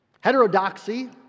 heterodoxy